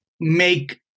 make